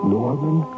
Norman